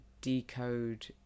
decode